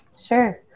Sure